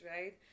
right